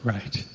Right